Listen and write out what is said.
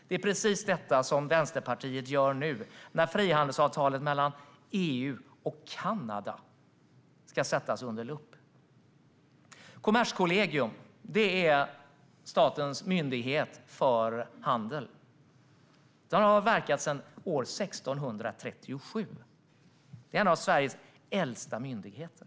Det är precis detta som Vänsterpartiet gör nu, när frihandelsavtalet mellan EU och Kanada ska sättas under lupp. Kommerskollegium är statens myndighet för handel. Man har verkat sedan år 1637 och är en av Sveriges äldsta myndigheter.